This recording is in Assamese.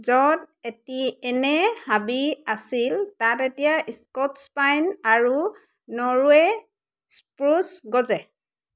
য'ত এটি এনে হাবি আছিল তাত এতিয়া স্কটছ পাইন আৰু নৰৱে' স্প্ৰুচ গজে